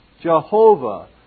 Jehovah